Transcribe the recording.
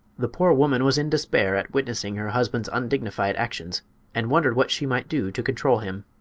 the poor woman was in despair at witnessing her husband's undignified actions and wondered what she might do to control him.